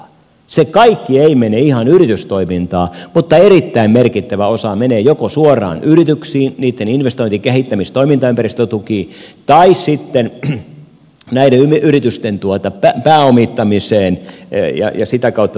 ihan se kaikki ei mene yritystoimintaan mutta erittäin merkittävä osa menee joko suoraan yrityksiin niitten investointi kehittämis toimintaympäristötukiin tai sitten näiden yritysten pääomittamiseen ja sitä kautta toimintaedellytysten rahoittamiseen